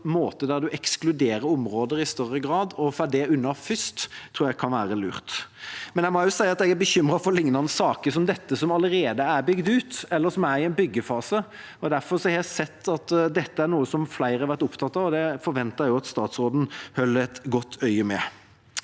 måter der man ekskluderer områder i større grad, og får det unna først, tror jeg kan være lurt. Jeg må også si at jeg er bekymret for lignende saker som dette som allerede er bygd ut, eller som er i en byggefase. Derfor har jeg sett at dette er noe flere har vært opptatt av, og det forventer jeg også at statsråden holder et øye med.